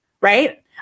right